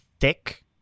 thick